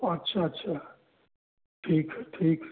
अच्छा अच्छा ठीक है ठीक है